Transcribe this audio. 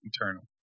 eternal